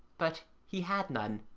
but he had none.